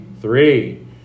Three